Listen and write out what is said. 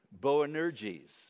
Boanerges